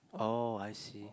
oh I see